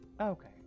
okay